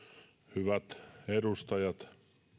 hyvät edustajat